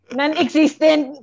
non-existent